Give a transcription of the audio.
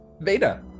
Veda